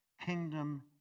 kingdom